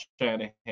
Shanahan